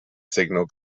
signal